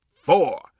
four